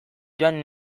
joan